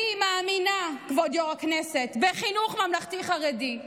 אני מאמינה, כבוד היו"ר, בחינוך ממלכתי חרדי.